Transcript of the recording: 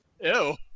Ew